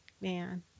Man